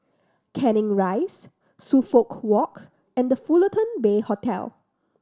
Canning Rise Suffolk Walk and The Fullerton Bay Hotel